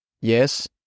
Yes